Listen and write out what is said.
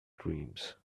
dreams